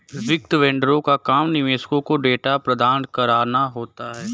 वित्तीय वेंडरों का काम निवेशकों को डेटा प्रदान कराना होता है